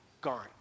gone